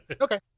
Okay